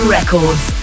Records